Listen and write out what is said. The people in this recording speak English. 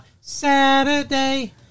Saturday